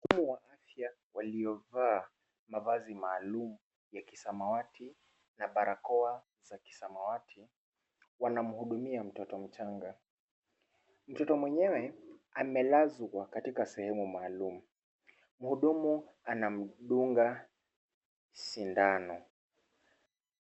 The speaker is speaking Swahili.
Wataalamu wa afya waliovaa mavazi maalum ya kisamawati na barakoa za kisamawati, wanamhudumia mtoto mchanga, mtoto mwenyewe amelazwa katika sehemu maalum. Mhudumu anamdunga sindano.